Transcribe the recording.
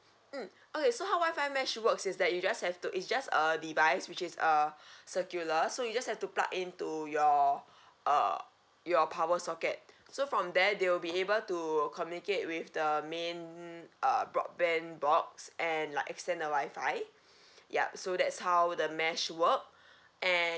mm okay so how wifi mesh works is that you just have to it's just a device which is a circular so you just have to plug in to your uh your power socket so from there they will be able to communicate with the main uh broadband box and like extend the wifi yup so that's how the mesh work and